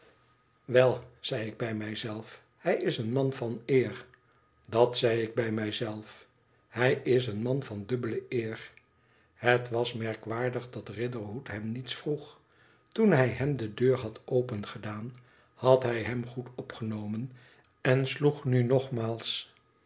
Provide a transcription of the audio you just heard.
wel zei ik bij mij zelf f hij is een man van eer dat zei ik bij mij zelf hij is een man van dubbele eer het was merkwaardig dat riderhood hem niets vroeg toen hij hem de deur had opengedaan had hij hem goed opgenomen en nu sloeg hij nogmaals